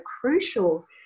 crucial